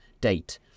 date